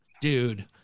Dude